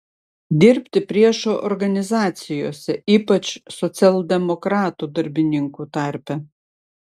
dirbti priešo organizacijose ypač socialdemokratų darbininkų tarpe